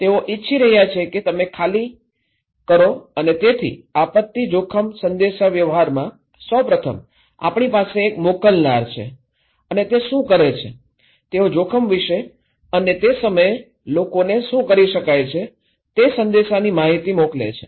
તેઓ ઇચ્છી રહ્યા છે કે તમે ખાલી કરો અને તેથી આપત્તિ જોખમ સંદેશાવ્યવહારમાં સૌપ્રથમ આપણી પાસે એક મોકલનાર છે અને તે શું કરે છે તેઓ જોખમ વિશે અને તે સમયે લોકોને શું કરી શકાય છે તેની સંદેશાની માહિતી મોકલે છે